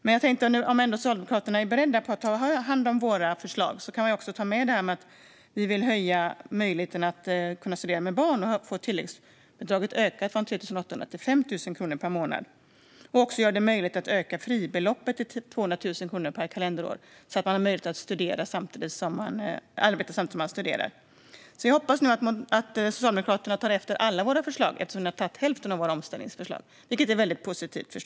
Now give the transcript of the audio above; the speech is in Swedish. Men om nu Socialdemokraterna ändå är beredda att ta hand om våra förslag kan de ju också ta med att vi vill förbättra möjligheten att studera med barn och öka tilläggsbidraget från 3 800 till 5 000 kronor per månad, liksom att vi vill öka fribeloppet till 200 000 kronor per kalenderår så att man har möjlighet att arbeta samtidigt som man studerar. Jag hoppas alltså att Socialdemokraterna nu tar efter alla våra omställningsförslag, eftersom ni har tagit efter hälften av dem - vilket förstås är väldigt positivt.